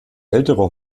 ältere